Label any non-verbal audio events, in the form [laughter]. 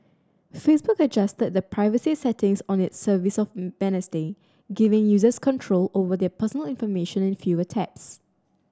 Facebook adjusted the privacy settings on its service on [unintelligible] giving users control over their personal information in fewer taps